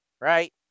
Right